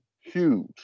huge